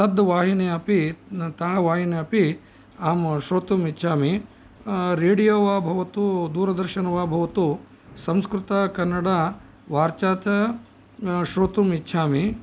तद्वाहिनी अपि ता वाहिनी अपि अहं श्रोतुम् इच्छामि रेडियो वा भवतु दूरदर्शनं वा भवतु संस्कृतकन्नडवार्ता च श्रोतुम् इच्छामि